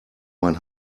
mein